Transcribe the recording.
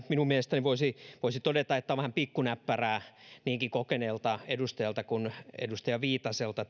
minun mielestäni voisi voisi todeta että on vähän pikkunäppärää niinkin kokeneelta edustajalta kuin edustaja viitaselta